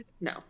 No